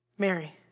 Mary